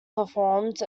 performed